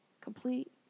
Complete